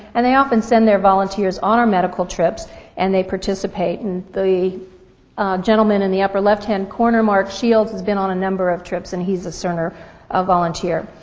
and they often send their volunteers on our medical trips and they participate. and the gentleman in the upper left-hand corner, mark shields, has been on a number of trips, and he's a cerner volunteer.